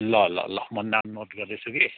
ल ल ल म नाम नोट गर्दैछु कि